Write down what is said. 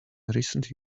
recent